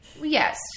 Yes